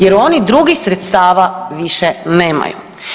Jer oni drugih sredstava više nemaju.